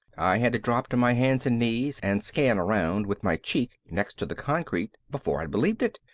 i had to drop to my hands and knees and scan around with my cheek next to the concrete before i'd believe it.